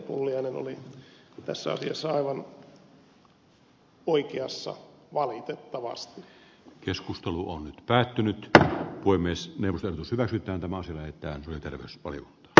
pulliainen oli tässä asiassa aivan oikeassa valitettavasti keskustelu on päättynyt tätä voi myös merkitä sitä miten tämä on se että nyt erotus oli dr